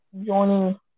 joining